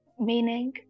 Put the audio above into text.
Meaning